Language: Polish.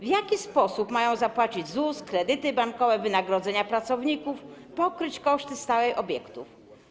W jaki sposób mają zapłacić ZUS, kredyty bankowe, wynagrodzenia pracownikom, pokryć koszty stałe obiektu?